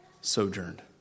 sojourned